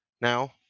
now